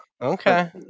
Okay